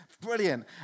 Brilliant